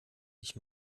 ich